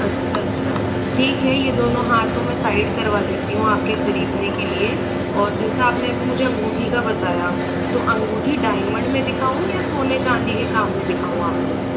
अच्छा अच्छा ठीक है ये दोनों हार तो मैं साइड करवा देती हूँ आपके खरीदने के लिए और जैसा आपने अभी मुझे अंगूठी का बताया तो अंगूठी डायमंड में दिखाऊँ या सोने चांदी के काम में दिखाऊँ आपको